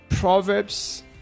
Proverbs